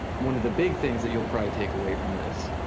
one of the big things that you'll probably take away from this.